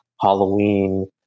halloween